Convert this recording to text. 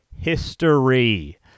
history